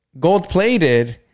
gold-plated